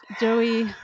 Joey